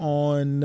on